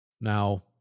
Now